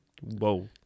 whoa